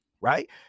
right